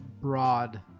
broad